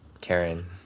Karen